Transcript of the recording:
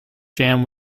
jam